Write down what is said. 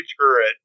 turret